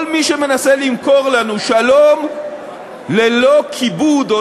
כל מי שמנסה למכור לנו שלום ללא כיבוד או